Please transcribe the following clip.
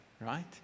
right